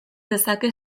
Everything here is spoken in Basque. dezake